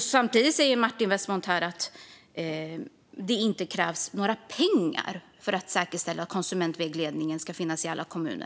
Samtidigt säger Martin Westmont här att det inte krävs några pengar för att säkerställa att konsumentvägledning ska finnas i alla kommuner.